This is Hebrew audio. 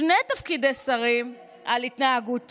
שני תפקידי שרים על התנהגות טובה.